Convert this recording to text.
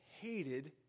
hated